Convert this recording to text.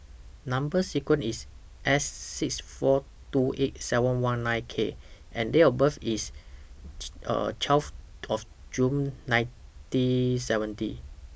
Number sequence IS S six four two eight seven one nine K and Date of birth IS twelve of June nineteen seventy